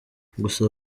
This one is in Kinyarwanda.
gusa